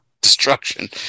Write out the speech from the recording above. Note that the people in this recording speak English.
destruction